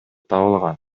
табылган